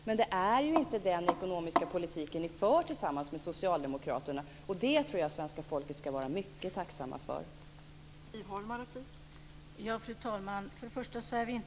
Men det är ju inte den ekonomiska politiken som Vänsterpartiet för tillsammans med Socialdemokraterna, och jag tror att svenska folket ska vara mycket tacksamt för det.